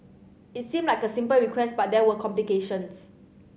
it seemed like a simple request but there were complications